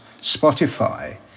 Spotify